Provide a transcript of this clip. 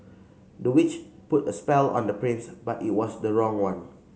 the witch put a spell on the prince but it was the wrong one